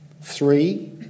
Three